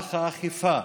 במערך האכיפה